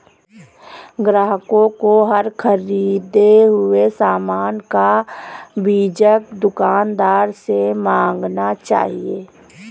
ग्राहकों को हर ख़रीदे हुए सामान का बीजक दुकानदार से मांगना चाहिए